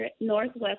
Northwest